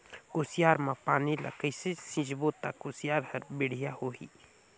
कुसियार मा पानी ला कइसे सिंचबो ता कुसियार हर बेडिया होही?